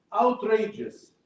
outrageous